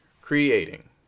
Creating